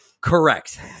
Correct